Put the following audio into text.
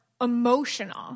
emotional